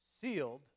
sealed